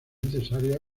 necesaria